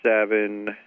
seven